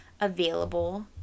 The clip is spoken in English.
available